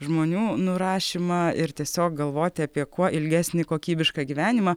žmonių nurašymą ir tiesiog galvoti apie kuo ilgesnį kokybišką gyvenimą